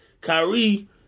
Kyrie